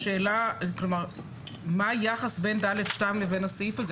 מה היחס בין (ד2) לבין הסעיף הזה?